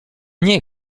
nie